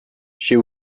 she